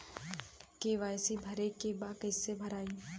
KYC भरे के बा कइसे भराई?